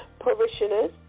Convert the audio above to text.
parishioners